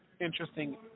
interesting